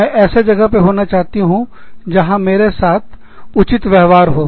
मैं ऐसे जगह पर होना चाहती हूँ जहां मेरे साथ उचित न्याय संगत व्यवहार हो